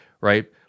right